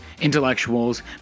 intellectuals